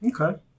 Okay